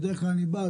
בדרך כלל אני בא,